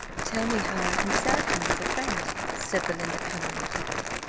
tell me how i can serve him as a friend, said belinda, colouring deeply.